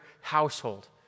household